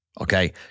okay